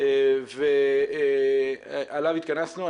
ועליו התכנסנו.